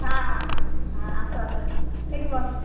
ହଁ ଆ ଆସ ଆସ ଏଠି ବସ